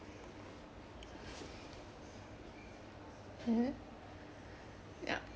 mm yup